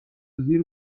زیر